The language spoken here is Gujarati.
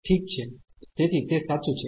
ઠીક છે તેથી તે સાચું છે